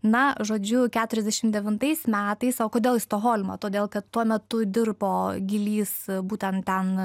na žodžiu keturiasdešim devintais metais o kodėl į stokholmą todėl kad tuo metu dirbo gilys būtent ten